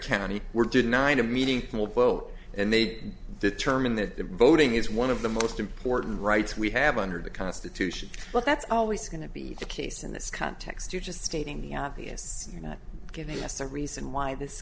county we're did nine a meeting will vote and they determine that voting is one of the most important rights we have under the constitution but that's always going to be the case in this context you just stating the obvious give us a reason why this